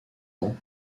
ans